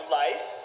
life